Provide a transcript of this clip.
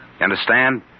understand